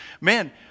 man